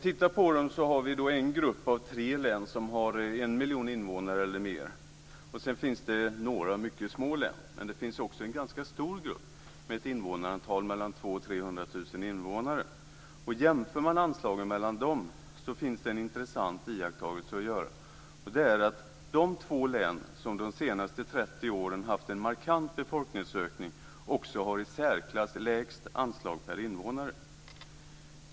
Vi har en grupp av tre län som har 1 miljon invånare eller fler. Sedan finns det några mycket små län. Men det finns också en ganska stor grupp med ett invånarantal av 200 000-300 000 invånare. I jämförelsen med anslagen mellan dem finns det en intressant iakttagelse att göra. Det är att de två län som de senaste 30 åren haft en markant befolkningsökning också har ett i särklass lägst anslag per invånare.